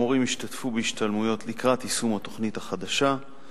המורים ישתתפו בהשתלמויות לקראת יישום התוכנית החדשה.